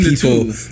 people